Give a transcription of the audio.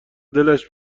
دلش